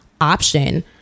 option